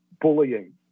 bullying